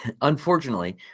unfortunately